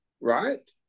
right